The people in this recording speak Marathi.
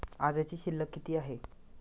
आजची शिल्लक किती आहे?